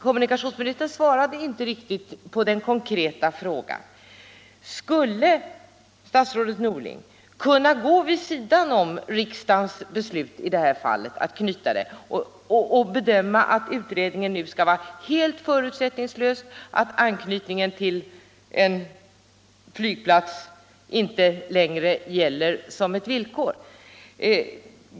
Kommunikationsministern svarade inte på den konkreta frågan i detta sammanhang: Skulle statsrådet Norling kunna gå vid sidan av riksdagens beslut i detta fall och se till att utredningen blev helt förutsättningslös, dvs. att anknytningen till en flygplats inte längre var ett villkor?